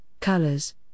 colors